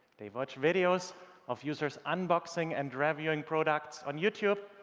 they watch videos of users unboxing and reviewing products on youtube,